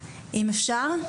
אם אפשר.